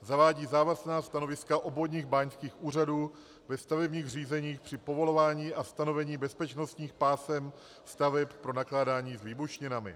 Zavádí závazná stanoviska obvodních báňských úřadů ve stavebních řízeních při povolování a stanovení bezpečnostních pásem staveb pro nakládání s výbušninami.